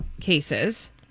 cases